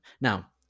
Now